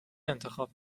انتخاب